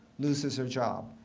loses their job.